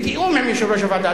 בתיאום עם יושב-ראש הוועדה.